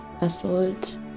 assault